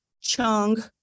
Chung